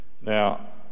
Now